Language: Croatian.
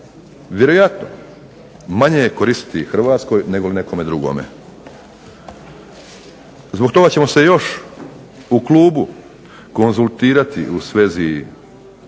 vjerojatno manje koristiti Hrvatskoj negoli nekome drugome. Zbog toga ćemo se još u klubu konzultirati u svezi